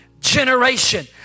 generation